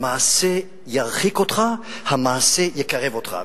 המעשה ירחיק אותך והמעשה יקרב אותך.